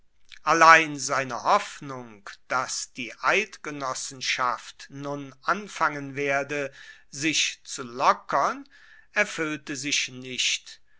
allein seine hoffnung dass die eidgenossenschaft nun anfangen werde sich zu lockern erfuellte sich nicht